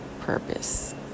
purpose